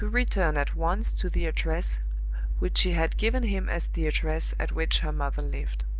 to return at once to the address which she had given him as the address at which her mother lived.